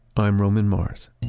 i'm roman mars